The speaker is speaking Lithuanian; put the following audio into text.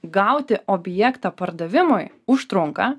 gauti objektą pardavimui užtrunka